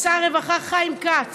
לשר הרווחה חיים כץ,